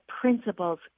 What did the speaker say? principles